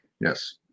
Yes